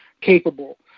capable